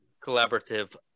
collaborative